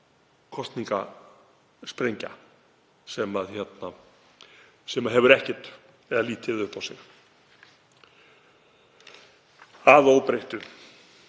kosningasprengja sem hefur ekkert eða lítið upp á sig að óbreyttu.